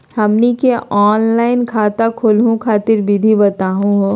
हमनी के ऑनलाइन खाता खोलहु खातिर विधि बताहु हो?